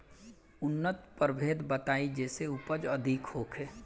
उन्नत प्रभेद बताई जेसे उपज अधिक होखे?